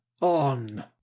on